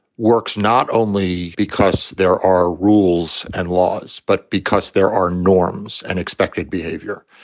works not only because there are rules and laws, but because there are norms and expected behavior.